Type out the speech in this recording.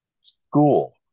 school